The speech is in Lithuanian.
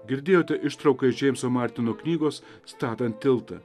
girdėjote ištrauką iš džeimso martino knygos statant tiltą